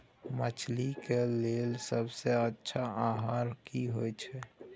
मछली के लेल सबसे अच्छा आहार की होय छै?